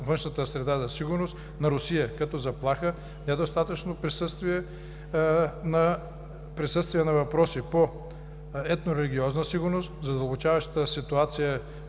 външната среда за сигурност на Русия като заплаха, недостатъчното присъствие на въпроси, като етнорелигиозната сигурност, задълбочаващата се ситуация